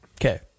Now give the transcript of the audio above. Okay